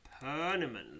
permanently